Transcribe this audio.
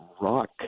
rock